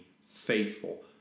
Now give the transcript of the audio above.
faithful